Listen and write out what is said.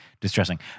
distressing